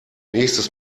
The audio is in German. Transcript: nächstes